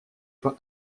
pas